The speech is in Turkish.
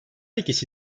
ikisi